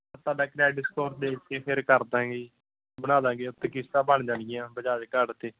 ਤੁਹਾਡਾ credit score ਦੇਖ ਕੇ ਫਿਰ ਕਰ ਦਾਂਗੇ ਜੀ ਬਣਾ ਦਾਂਗੇ ਉਹ 'ਤੇ ਕਿਸ਼ਤਾਂ ਬਣ ਜਾਣਗੀਆਂ ਬਜਾਜ ਕਾਰਡ 'ਤੇ